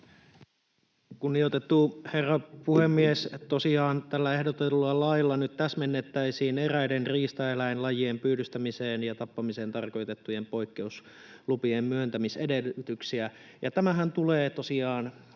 Kunnioitettu herra puhemies! Tosiaan tällä ehdotetulla lailla nyt täsmennettäisiin eräiden riistaeläinlajien pyydystämiseen ja tappamiseen tarkoitettujen poikkeuslupien myöntämisedellytyksiä, ja tämähän tulee tosiaan